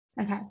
Okay